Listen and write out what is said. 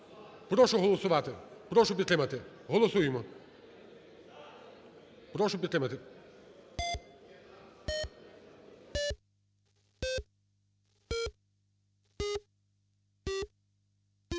прошу голосувати, прошу підтримати, голосуємо. Прошу підтримати.